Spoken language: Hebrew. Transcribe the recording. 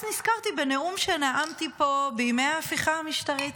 אז נזכרתי בנאום שנאמתי פה בימי ההפיכה המשטרית.